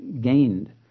gained